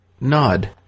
nod